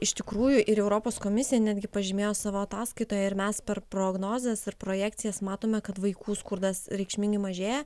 iš tikrųjų ir europos komisija netgi pažymėjo savo ataskaitoje ir mes per prognozes ir projekcijas matome kad vaikų skurdas reikšmingai mažėja